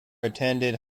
attended